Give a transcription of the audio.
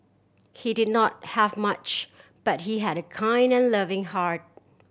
he did not have much but he had a kind and loving heart